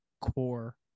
core